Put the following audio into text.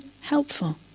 helpful